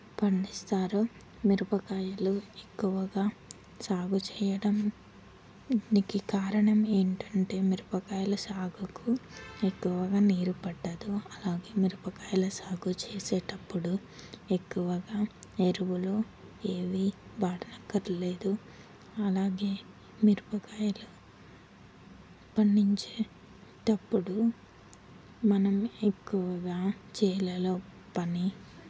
పండిస్తారు మిరపకాయలు ఎక్కువగా సాగు చేయడం దీనికి కారణం ఏంటంటే మిరపకాయలు సాగుకు ఎక్కువగా నీరు పట్టదు అలాగే మిరపకాయల సాగు చేసేటప్పుడు ఎక్కువగా ఎరువులు ఏవి వాడనక్కర్లేదు అలాగే మిరపకాయలు పండించేటప్పుడు మనం ఎక్కువగా చేనులో పని